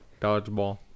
dodgeball